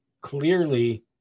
clearly